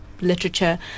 literature